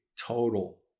total